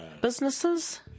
businesses